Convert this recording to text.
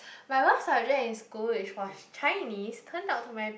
my worst subject in school is was Chinese turn out to my